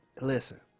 Listen